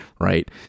Right